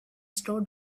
strode